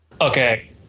Okay